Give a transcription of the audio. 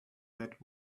that